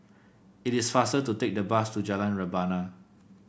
it is faster to take the bus to Jalan Rebana